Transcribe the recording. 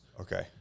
Okay